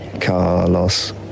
Carlos